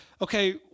okay